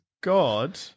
God